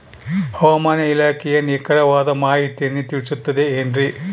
ಹವಮಾನ ಇಲಾಖೆಯ ನಿಖರವಾದ ಮಾಹಿತಿಯನ್ನ ತಿಳಿಸುತ್ತದೆ ಎನ್ರಿ?